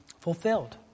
fulfilled